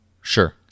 sure